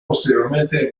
posteriormente